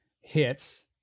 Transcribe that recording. hits